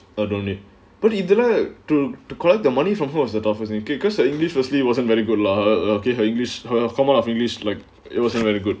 I don't need but இதுல:ithula to collect the money from the twelfth person you can because her english firstly wasn't very good lah okay her english her command of english like it wasn't very good